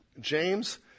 James